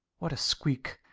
what a squeak!